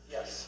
Yes